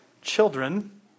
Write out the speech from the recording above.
children